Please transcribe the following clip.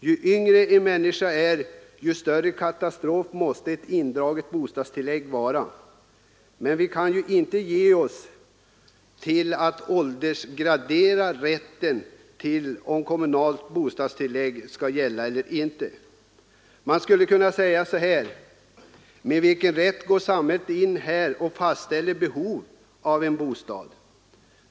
Ju yngre en människa är, desto större katastrof måste ett indraget bostadstillägg vara, men vi kan ju inte ge oss till att åldersgradera rätten till bostadstillägg. Man kan också fråga så här: Med vilken rätt går samhället in här och fastställer behovet av en bostad?